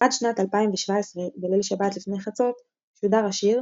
עד שנת 2017 בליל שבת לפני חצות שודר השיר